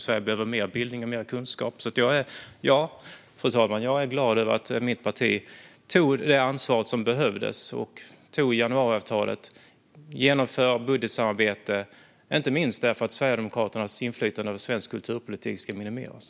Sverige behöver mer bildning och mer kunskap. Fru talman! Därför är jag glad över att mitt parti tog det ansvar som behövdes, kom överens om januariavtalet och genomför budgetsamarbete, inte minst för att Sverigedemokraternas inflytande över svensk kulturpolitik ska minimeras.